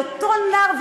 לאותו נער,